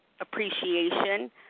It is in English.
appreciation